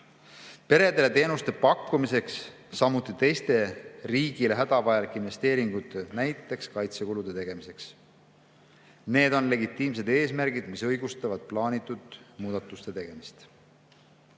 peredele teenuste pakkumiseks, samuti teiste riigile hädavajalike investeeringute, näiteks kaitsekulude tegemiseks. Need on legitiimsed eesmärgid, mis õigustavad plaanitud muudatuste tegemist. Küsimus